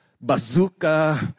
bazooka